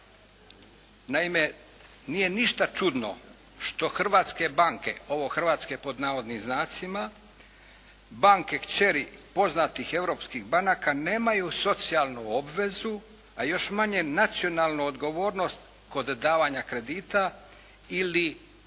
Naime, nije ništa čudno što "hrvatske" banke, banke kćeri poznatih europskih banaka nemaju socijalnu obvezu, a još manje nacionalnu odgovornost kod davanja kredita ili